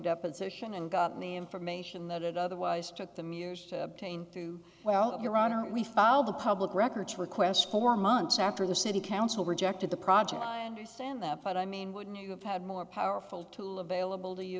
deposition and gotten the information that it otherwise took them years to obtain to well your honor we found the public records request for months after the city council rejected the project i understand that but i mean wouldn't you have had more powerful tool available to you